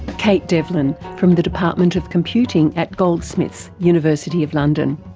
kate devlin from the department of computing at goldsmiths, university of london.